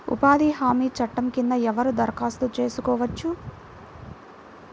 ఉపాధి హామీ చట్టం కింద ఎవరు దరఖాస్తు చేసుకోవచ్చు?